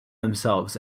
themselves